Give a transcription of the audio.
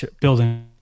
building